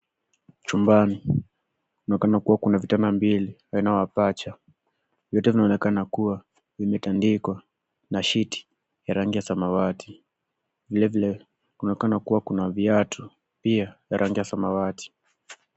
Chumbani, kunaonekana kuwa kuna vitanda mbili aina ya pacha. Vyote vinaonekana kuwa vimetandikwa na sheet ya rangi ya samawati. Vile vile kunaonekana kuwa kuna viatu pia vya rangi ya samawati.